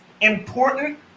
important